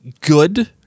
good